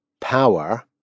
power